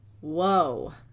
whoa